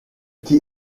qui